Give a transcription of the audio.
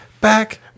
back